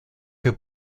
que